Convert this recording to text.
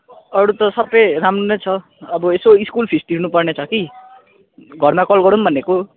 अरू त सबै राम्रो नै छ अब यसो स्कुल फिस तिर्नु पर्ने छ कि घरमा कल गरौँ भनेको